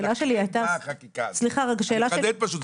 השאלה שלי הייתה --- אני מחדד פה שוב,